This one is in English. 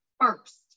first